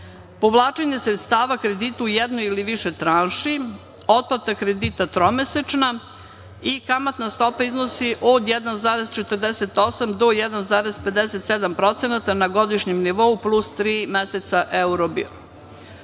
Povlačenje sredstava kredita u jednoj ili više tranši, otplata kredita tromesečna i kamatna stopa iznosi od 1,48 do 1,57% na godišnjem nivou, plus tri meseca